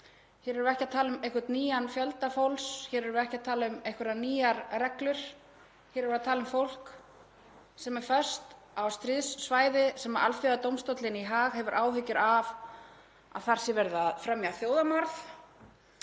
Hér erum við ekki að tala um einhvern nýjan fjölda fólks. Hér erum við ekki að tala um einhverjar nýjar reglur. Við erum að tala um fólk sem er fast á stríðssvæði þar sem Alþjóðadómstóllinn í Haag hefur áhyggjur af að sé verið að fremja þjóðarmorð.